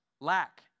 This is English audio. lack